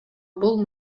бул